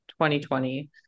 2020